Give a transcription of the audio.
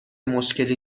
مشکلی